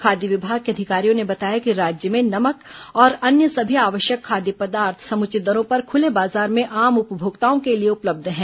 खाद्य विभाग के अधिकारियों ने बताया कि राज्य में नमक और अन्य सभी आवश्यक खाद्य पदार्थ समुचित दरों पर खुले बाजार में आम उपभोक्ताओं के लिए उपलब्ध है